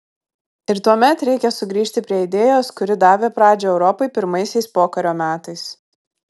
ir tuomet reikia sugrįžti prie idėjos kuri davė pradžią europai pirmaisiais pokario metais